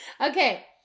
okay